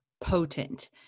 potent